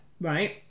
Right